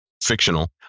fictional